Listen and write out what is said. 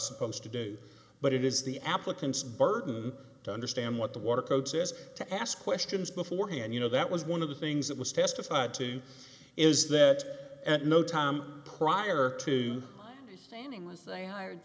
supposed to do but it is the applicants burden to understand what the water code says to ask questions beforehand you know that was one of the things that was testified to is that at no time prior to standing was they hired